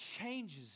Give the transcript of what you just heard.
changes